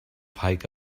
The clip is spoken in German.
heike